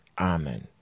amen